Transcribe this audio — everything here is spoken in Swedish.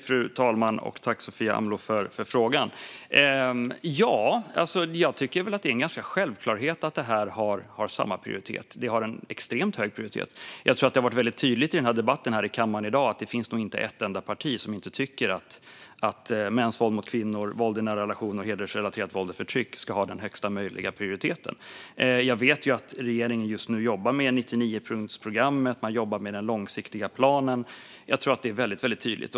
Fru talman! Tack, Sofia Amloh, för frågan! Ja, jag tycker att det är ganska självklart att detta har samma prioritet; det har extremt hög prioritet. Det har varit väldigt tydligt i debatten här i kammaren i dag att det nog inte finns ett enda parti som inte tycker att mäns våld mot kvinnor, våld i nära relationer och hedersrelaterat våld och förtryck ska ha högsta möjliga prioritet. Jag vet att regeringen just nu jobbar med 99-punktsprogrammet och den långsiktiga planen - jag tror att det är väldigt tydligt.